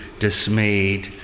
dismayed